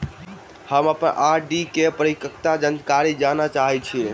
हम अप्पन आर.डी केँ परिपक्वता जानकारी जानऽ चाहै छी